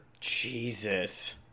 Jesus